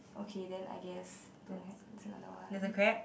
okay then I guess don't have is there another one